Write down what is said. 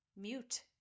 mute